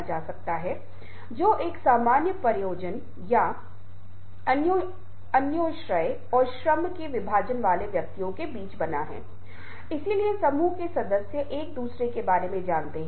और यह कैसे है जब बोलना है कैसे बोलना है किन तत्वों को छूना है कैसे अन्य लोगों के प्रति संवेदनशील होना है कैसे कुछ संदर्भ में मुखर होना है